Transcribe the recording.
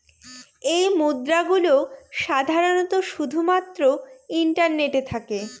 এই মুদ্রা গুলো সাধারনত শুধু মাত্র ইন্টারনেটে থাকে